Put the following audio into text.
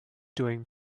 doing